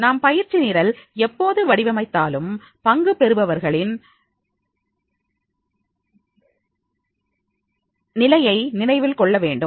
நாம் பயிற்சி நிரல் எப்போது வடிவமைத்தாலும்பங்கு பெறுபவர்களின் ஊக்க நிலையை நினைவில் கொள்ளவேண்டும்